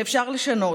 שאפשר לשנות.